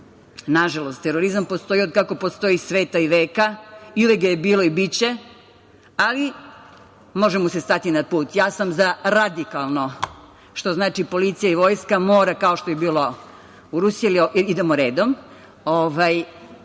ljudi? Nažalost, terorizam postoji od kako postoji sveta i veka ili ga je bilo i biće, ali može mu se stati na put, ja sam za radikalno. Što znači policija i vojska mora, kao što je bilo u Rusiji, ali idemo redom,